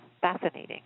fascinating